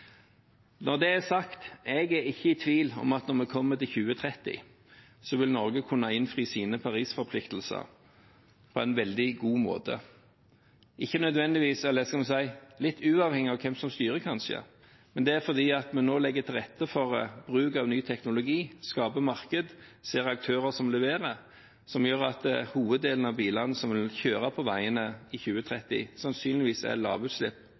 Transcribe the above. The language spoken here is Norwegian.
Når det er sagt: Jeg er ikke i tvil om at når vi kommer til 2030, vil Norge kunne innfri sine Paris-forpliktelser på en veldig god måte, litt uavhengig av hvem som styrer, kanskje, men det er fordi vi nå legger til rette for bruk av ny teknologi, skaper marked, ser aktører som leverer, som gjør at hoveddelen av bilene som kjører på veiene i 2030, sannsynligvis er